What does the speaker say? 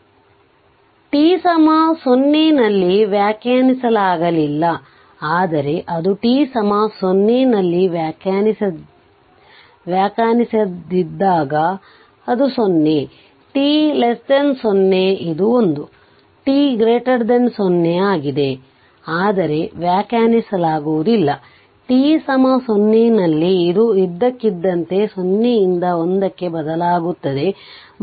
ಆದ್ದರಿಂದ t 0 ನಲ್ಲಿ ವ್ಯಾಖ್ಯಾನಿಸಲಾಗಿಲ್ಲ ಆದರೆ ಅದು t 0 ನಲ್ಲಿ ವ್ಯಾಖ್ಯಾನಿಸದಿದ್ದಾಗ ಅದು 0 t 0 ಇದು 1 t 0 ಆಗಿದೆ 1 ಆದರೆ ವ್ಯಾಖ್ಯಾನಿಸಲಾಗುವುದಿಲ್ಲ t 0 ನಲ್ಲಿ ಅದು ಇದ್ದಕ್ಕಿದ್ದಂತೆ 0 ರಿಂದ 1 ಕ್ಕೆ ಬದಲಾಗುತ್ತದೆ